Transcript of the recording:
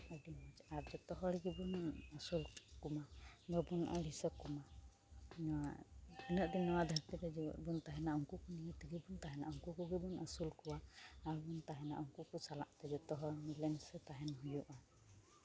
ᱟᱫᱚ ᱟᱨ ᱡᱚᱛᱚ ᱦᱚᱲ ᱜᱮᱵᱚᱱ ᱟᱹᱥᱩᱞ ᱠᱚᱢᱟ ᱵᱟᱵᱚᱱ ᱟᱹᱲᱤᱥᱟᱠᱚᱢᱟ ᱱᱚᱣᱟ ᱛᱤᱱᱟᱹᱜ ᱫᱤᱱ ᱱᱚᱣᱟ ᱫᱷᱟᱹᱨᱛᱤ ᱨᱮ ᱡᱮᱣᱮᱫ ᱵᱚᱱ ᱛᱟᱦᱮᱱᱟ ᱩᱝᱠᱩ ᱠᱚ ᱱᱤᱭᱮ ᱛᱮᱜᱮ ᱵᱚᱱ ᱛᱟᱦᱮᱱᱟ ᱩᱱᱠᱩ ᱠᱚᱜᱮ ᱵᱚᱱ ᱟᱹᱥᱩᱞ ᱠᱚᱣᱟ ᱟᱨ ᱵᱚᱱ ᱛᱟᱦᱮᱱᱟ ᱩᱱᱠᱩ ᱠᱚ ᱥᱟᱞᱟᱜ ᱛᱮ ᱡᱚᱛᱚ ᱦᱚᱲ ᱢᱤᱞᱮ ᱢᱤᱥᱮ ᱛᱟᱦᱮᱱ ᱦᱩᱭᱩᱜᱼᱟ